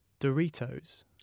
Doritos